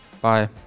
Bye